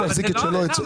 העניין הוא לא הלוואות,